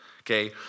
Okay